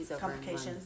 complications